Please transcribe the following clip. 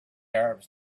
arabs